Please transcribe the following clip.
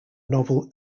novel